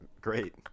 Great